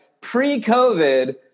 pre-COVID